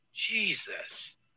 Jesus